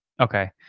Okay